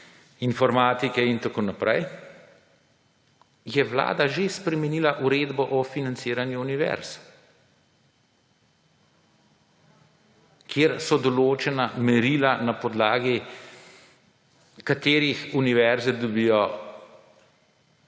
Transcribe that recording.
informatike in tako naprej, je vlada že spremenila uredbo o financiranju univerz, kjer so določena merila, na podlagi katerih univerze dobijo